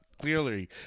clearly